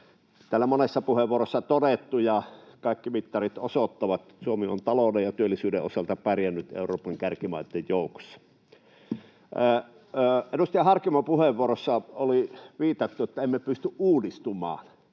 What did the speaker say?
Täällä monessa puheenvuorossa on todettu ja kaikki mittarit osoittavat, että Suomi on talouden ja työllisyyden osalta pärjännyt Euroopan kärkimaitten joukossa. Edustaja Harkimon puheenvuorossa oli viitattu siihen, että emme pysty uudistumaan.